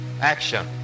action